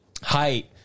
Height